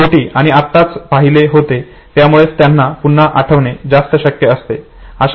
जे शेवटी किंवा आत्ताच पाहिले होते त्यामुळे त्यांना पुन्हा आठवणे हे जास्त शक्य असते